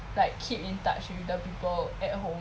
like keep in touch with the people at home